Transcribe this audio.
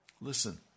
Listen